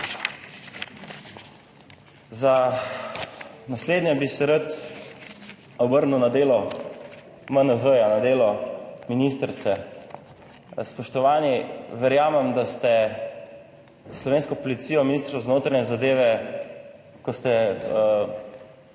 Za naslednje bi se rad obrnil na delo MNZ-ja, na delo ministrice. Spoštovani, verjamem, da ste s slovensko policijo, Ministrstvo za notranje zadeve, ko ste prišli